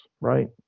right